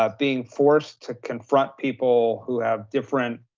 ah being forced to confront people who have different,